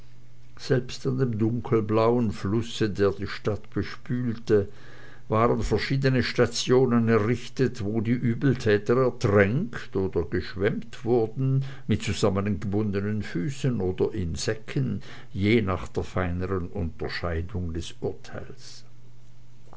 selbst an dem dunkelblauen flusse der die stadt bespülte waren verschiedene stationen errichtet wo die übeltäter ertränkt oder geschwemmt wurden mit zusammengebundenen füßen oder in säcken je nach der feineren unterscheidung des urteils